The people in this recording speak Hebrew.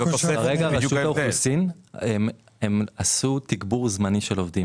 כרגע רשות האוכלוסין עשתה תגבור זמני של עובדים.